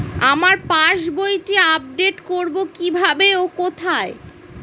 আমার পাস বইটি আপ্ডেট কোরবো কীভাবে ও কোথায়?